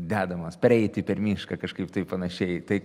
dedamas pereiti per mišką kažkaip tai panašiai tai